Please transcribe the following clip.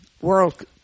World